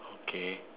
okay